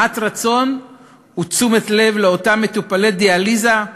מעט רצון ותשומת לב לאותם מטופלי דיאליזה,